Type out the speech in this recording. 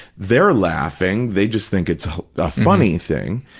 they're laughing. they just think it's a funny thing.